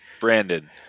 Brandon